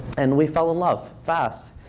and we fell in love, fast.